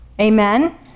amen